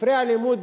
ספרי הלימוד,